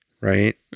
right